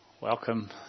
Welcome